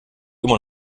immer